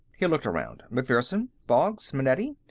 he looked around. macpherson? boggs? manetti?